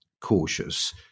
cautious